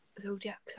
zodiac